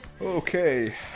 Okay